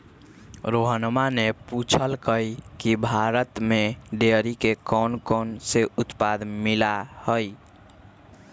रोहणवा ने पूछल कई की भारत में डेयरी के कौनकौन से उत्पाद मिला हई?